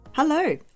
Hello